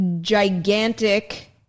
Gigantic